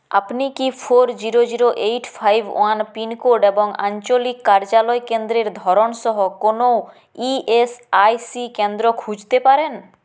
আপনি কি four zero zero eight five one pincode এবং আঞ্চলিক কার্যালয় কেন্দ্রের ধরন সহ কোনও ইএসআইসি কেন্দ্র খুঁজতে পারেন